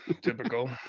Typical